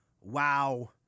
wow